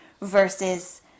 versus